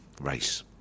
race